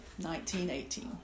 1918